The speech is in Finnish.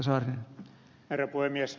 herra puhemies